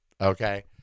Okay